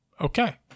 Okay